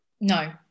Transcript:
No